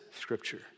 scripture